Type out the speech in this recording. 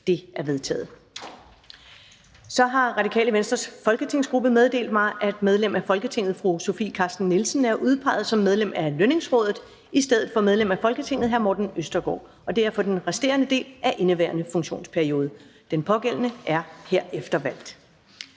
Det er vedtaget. Radikale Venstres folketingsgruppe har meddelt mig, at medlem af Folketinget Sofie Carsten Nielsen er udpeget som medlem af Lønningsrådet i stedet for medlem af Folketinget Morten Østergaard for den resterende del af indeværende funktionsperiode. Den pågældende er herefter valgt.